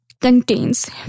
contains